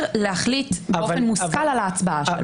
להחליט באופן מושכל על ההצבעה שלו.